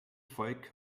volk